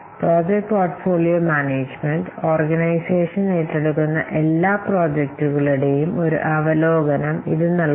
ഈ project portfolio management organisation ഏറ്റെടുക്കുന്ന എല്ലാ പ്രോജക്റ്റുകളുടെയും ഒരു അവലോകനം ഇത് നൽകും